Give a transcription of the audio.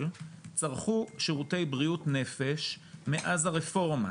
צרכו שירותי בריאות נפש מאז הרפורמה.